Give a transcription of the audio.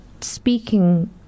speaking